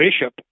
bishop